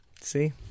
See